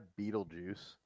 Beetlejuice